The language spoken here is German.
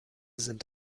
sind